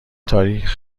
تاریخ